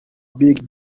big